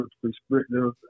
perspective